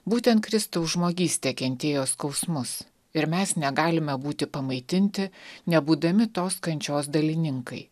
būtent kristaus žmogystė kentėjo skausmus ir mes negalime būti pamaitinti nebūdami tos kančios dalininkai